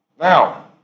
Now